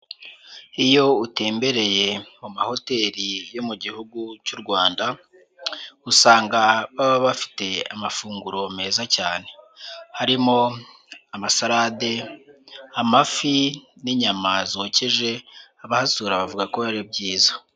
Iyo utembereye mu mahoteli yo mu gihugu cy'u Rwanda, usanga baba bafite amafunguro meza cyane, harimo amasalade, amafi n'inyama zokeje, abahasura bavuga ko ari byiza.